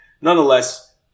nonetheless